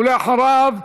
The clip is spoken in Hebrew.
ואחריו,